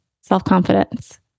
self-confidence